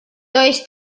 does